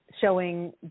showing